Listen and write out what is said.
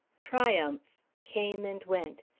triumph, came and went,